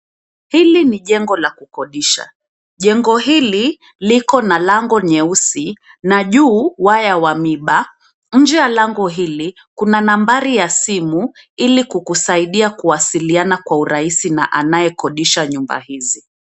Hili ni jengo la kukodisha , jengo hili likona lango nyeusi na juu waya wa miba. Nje ya lango hili kuna nambari ya simu, ili kukusaidia kuwasiliana kwa urahisi na anaye kodisha nyumba hizi.